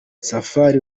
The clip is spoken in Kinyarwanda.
safari